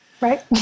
Right